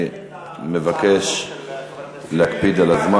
אני מבקש להקפיד על הזמן.